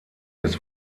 des